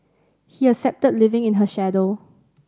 he accepted living in her shadow